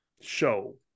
show